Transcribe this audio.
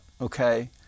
okay